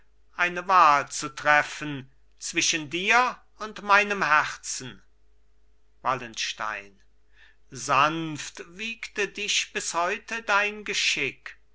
eine wahl zu treffen zwischen dir und meinem herzen wallenstein sanft wiegte dich bis heute dein geschick